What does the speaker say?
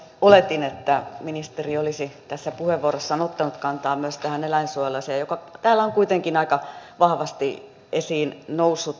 oletin että ministeri olisi tässä puheenvuorossaan ottanut kantaa myös tähän eläinsuojeluasiaan joka täällä on kuitenkin aika vahvasti esiin noussut